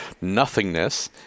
nothingness